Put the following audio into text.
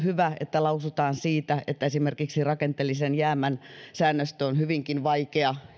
että lausutaan siitä että esimerkiksi rakenteellisen jäämän säännöstö on hyvinkin vaikea